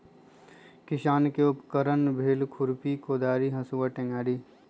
किसान के उपकरण भेल खुरपि कोदारी हसुआ टेंग़ारि